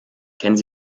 kennen